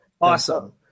Awesome